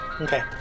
Okay